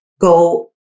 go